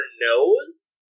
nose